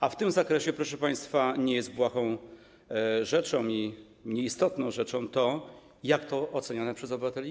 A w tym zakresie, proszę państwa, nie jest błahą i nieistotną rzeczą to, jak to jest oceniane przez obywateli.